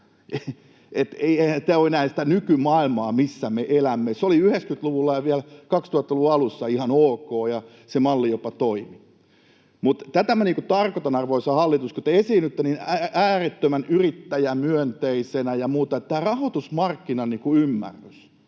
ole enää sitä nykymaailmaa, missä me elämme. Se oli 90-luvulla ja vielä 2000-luvun alussa ihan ok, ja se malli jopa toimi. Tätä minä tarkoitan, arvoisa hallitus, kun te esiinnytte niin äärettömän yrittäjämyönteisenä ja muuna. Tämä rahoitusmarkkinan ymmärrys,